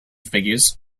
figures